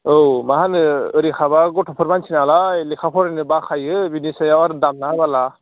औ माहोनो ओरैनोबा गथ'फोर मानसिनालाय लेखा फरायनो बाखायो बिनिसायाव आर दामना होब्ला